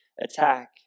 attack